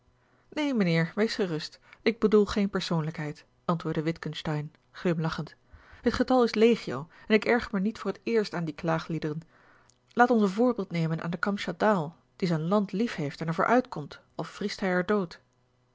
neen mijnheer wees gerust ik bedoel geene persoonlijkheid antwoordde witgengteyn glimlachend het getal is legio en ik erger mij niet voor het eerst aan die klaagliederen laat ons een voorbeeld nemen aan den kamschatdaal die zijn land liefheeft en er voor uitkomt al vriest hij er dood